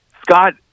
Scott